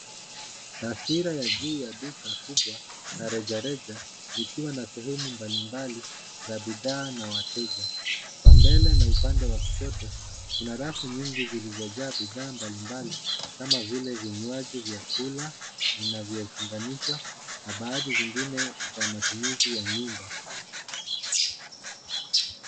Taswira ya juu la duka kubwa ya rejareja likiwa na sehemu mbalimbali za bidhaa na wateja. Kwa mbele na upande wa kushoto kuna rafu nyingi zilizojaa bidhaa mbalimbali kama vile vinywaji, vyakula vinavyofunganishwa na baadhi zingine za matumizi ya nyumba.